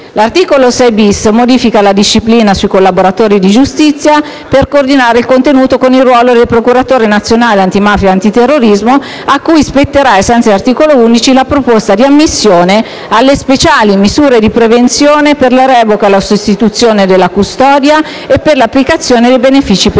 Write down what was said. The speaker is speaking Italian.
L'articolo 6*-bis* modifica la disciplina sui collaboratori di giustizia per coordinarne il contenuto con il ruolo del procuratore nazionale antimafia e antiterrorismo, cui spetterà, ai sensi dell'articolo 11, la proposta di ammissione alle speciali misure di protezione per la revoca o sostituzione della custodia per l'applicazione di benefici penitenziari.